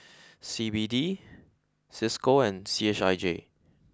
C B D Cisco and C H I J